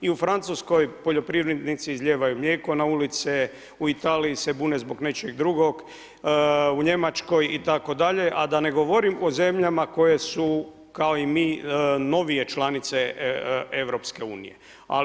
I u Francuskoj poljoprivrednici izlijevaju mlijeko na ulice, u Italiji se bune zbog nečeg drugog, u Njemačkoj itd., a da ne govorim o zemljama koje su kao i mi novije članice Europske unije.